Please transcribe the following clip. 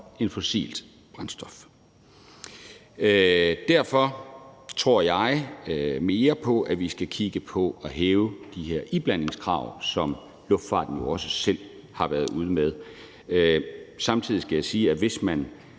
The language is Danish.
på fossilt brændstof. Derfor tror jeg mere på, at vi skal hæve de her iblandingskrav, som luftfarten jo også selv har været ude at sige. Samtidig skal jeg sige, at hvis man